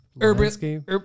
urban